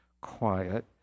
quiet